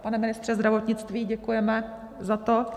Pane ministře zdravotnictví, děkujeme za to.